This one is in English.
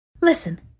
Listen